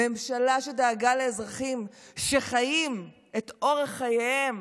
ממשלה שדאגה לאזרחים שחיים את אורח חייהם